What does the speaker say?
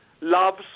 loves